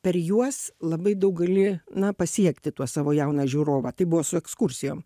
per juos labai daug gali na pasiekti tuo savo jauną žiūrovą tai buvo su ekskursijom